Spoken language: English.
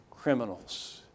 criminals